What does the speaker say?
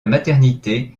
maternité